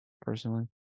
personally